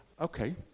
Okay